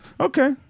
Okay